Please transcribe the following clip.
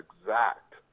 exact